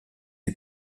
die